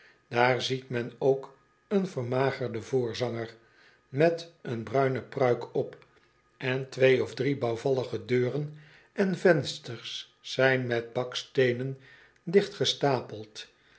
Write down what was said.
daar ziet men ook een vermagerde voorzanger met een bruine pruik op en twee of drie bouwvallige deurenen vensters zijn met baksteenen dichtgestapeld